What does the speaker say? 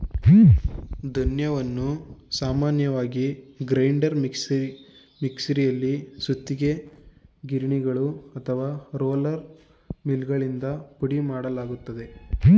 ಧಾನ್ಯವನ್ನು ಸಾಮಾನ್ಯವಾಗಿ ಗ್ರೈಂಡರ್ ಮಿಕ್ಸರಲ್ಲಿ ಸುತ್ತಿಗೆ ಗಿರಣಿಗಳು ಅಥವಾ ರೋಲರ್ ಮಿಲ್ಗಳಿಂದ ಪುಡಿಮಾಡಲಾಗ್ತದೆ